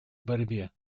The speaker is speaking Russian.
борьбе